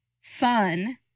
fun